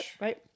right